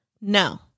No